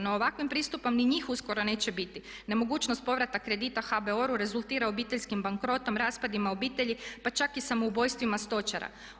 No ovakvim pristupom ni njih uskoro neće biti, nemogućnost povrata kredita HBOR-u rezultira obiteljskim bankrotom, raspadima obitelji pa čak i samoubojstvima stočara.